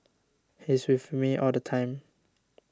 he's with me all the time